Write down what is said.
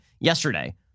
yesterday